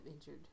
injured